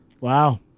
Wow